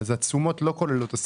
אז התשומות לא כוללות את השכר,